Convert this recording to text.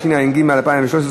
התשע"ג 2013,